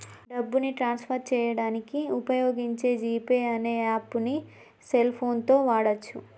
డబ్బుని transfer చేయడానికి వుపయోగించే జీ పే అనే యాప్పుని సెల్ ఫోన్ తో వాడచ్చు